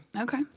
Okay